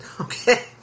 Okay